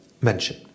mention